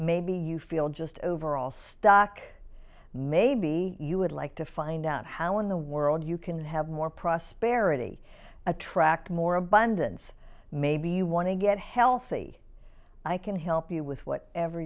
maybe you feel just overall stuck maybe you would like to find out how in the world you can have more prosperity attract more abundance maybe you want to get healthy i can help you with what ever